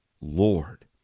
Lord